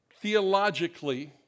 theologically